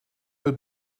het